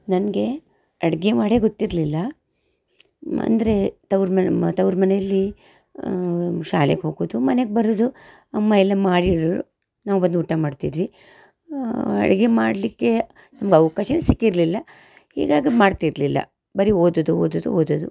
ನನಗೆ ಅಡಿಗೆ ಮಾಡೇ ಗೊತ್ತಿರಲಿಲ್ಲ ಅಂದರೆ ತವ್ರ ಮ ಮ ತವ್ರ ಮನೆಯಲ್ಲಿ ಶಾಲೆಗೆ ಹೋಗೋದು ಮನೆಗೆ ಬರೋದು ಅಮ್ಮ ಎಲ್ಲ ಮಾಡಿರೋವ್ರು ನಾವು ಬಂದು ಊಟ ಮಾಡ್ತಿದ್ವಿ ಅಡಿಗೆ ಮಾಡಲಿಕ್ಕೆ ನಮ್ಗೆ ಅವಕಾಶವೇ ಸಿಕ್ಕಿರಲಿಲ್ಲ ಹೀಗಾಗಿ ಅದು ಮಾಡ್ತಿರಲಿಲ್ಲ ಬರೀ ಓದೋದು ಓದೋದು ಓದೋದು